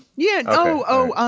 yeah. oh,